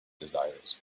desires